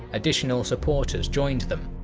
additional supporters joined then,